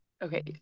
okay